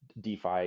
DeFi